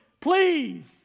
please